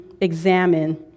examine